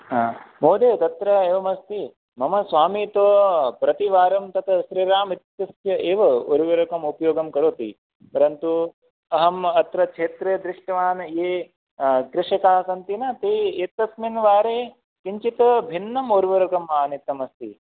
हा महोदय तत्र एवमस्ति मम स्वामी तु प्रति वारं तत् श्रीराम् इत्यस्य एव ऊर्वरकम् उपयोगं करोति परन्तु अहम् अत्र क्षेत्रे दृष्टवान् ये कृषकाः सन्ति न ते एतस्मिन् वारे किञ्चित् भिन्नम् उर्वरुकम् आनीतमस्ति